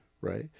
Right